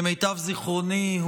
למיטב זיכרוני,